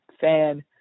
fan